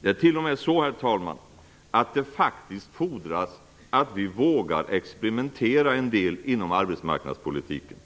Det är t.o.m. så, herr talman, att det faktiskt fordras att vi vågar experimentera en del inom arbetsmarknadspolitiken.